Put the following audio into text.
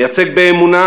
נייצג באמונה